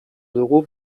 dugu